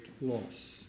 loss